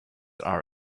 are